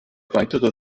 weitere